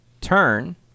turn